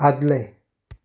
आदलें